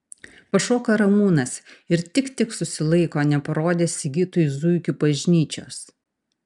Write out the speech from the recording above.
pašoka ramūnas ir tik tik susilaiko neparodęs sigitui zuikių bažnyčios